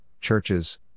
churches